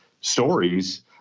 stories